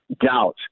doubt